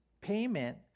payment